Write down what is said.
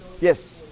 yes